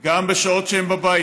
גם בשעות שהם בבית,